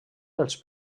dels